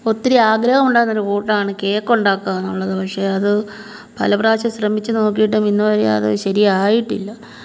ഒത്തിരി ആഗ്രഹം ഉണ്ടായിരുന്നൊരു കൂട്ടാണ് കേക്കുണ്ടാക്കുക എന്നുള്ളത് പക്ഷേ അത് പല പ്രാവശ്യം ശ്രമിച്ച് നോക്കിയിട്ടും ഇന്നുവരെ അത് ശരി ആയിട്ടില്ല